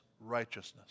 righteousness